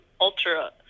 ultra